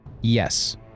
Yes